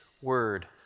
Word